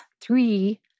three